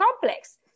complex